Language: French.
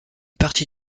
partie